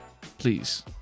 please